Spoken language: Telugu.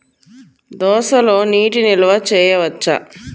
దోసలో నీటి నిల్వ చేయవచ్చా?